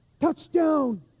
touchdown